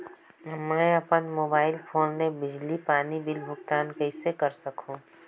मैं अपन mobile phone ले बिजली पानी बिल भुगतान कइसे कर सकहुं?